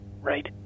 right